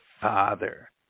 father